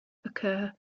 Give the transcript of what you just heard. occur